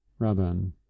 Rabban